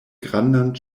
grandan